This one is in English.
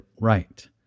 right